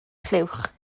clywch